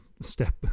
step